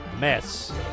mess